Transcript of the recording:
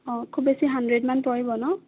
অঁ খুব বেছি হাণ্ড্ৰেডমান পৰিব ন'